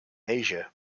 asia